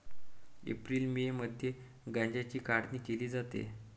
April May मध्ये गांजाची काढणी केली जाते